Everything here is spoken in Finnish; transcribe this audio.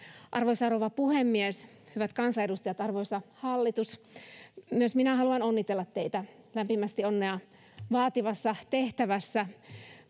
arvoisa rouva puhemies hyvät kansanedustajat arvoisa hallitus myös minä haluan onnitella teitä lämpimästi onnea vaativassa tehtävässä